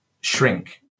shrink